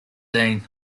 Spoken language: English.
dean